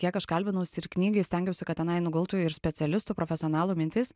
kiek aš kalbinausi ir knygai stengiausi kad tenai nugultų į specialistų profesionalų mintys